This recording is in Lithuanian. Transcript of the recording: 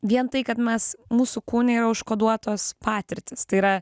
vien tai kad mes mūsų kūne yra užkoduotos patirtys tai yra